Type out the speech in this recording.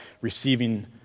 Receiving